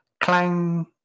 clang